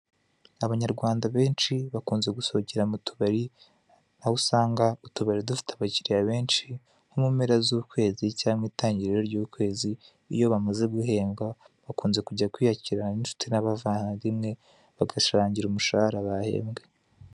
Abanyarwanda benshi bakunze gusohokera mu tubari aho usanga utubari dufite abakiriya benshi nko mu mpera zukwezi cyangwa itangiriro ry'ukwezi iyo bamaze guhembwa bakunze kujya kwiyakira n'inshuti n'abavandimwe bagasangira umushahara bahembwe.